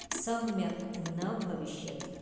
सम्यक् न भविष्यति